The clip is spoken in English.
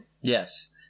Yes